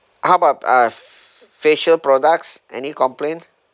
how about uh facial products any complaint